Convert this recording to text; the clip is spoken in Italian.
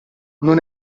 non